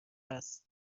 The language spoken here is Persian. هست